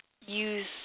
use